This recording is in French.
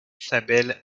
sabel